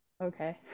Okay